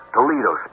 Toledo